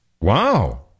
Wow